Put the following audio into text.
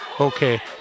Okay